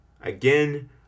Again